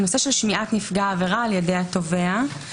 שמיעת נפגע העבירה על ידי התובע.